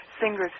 fingers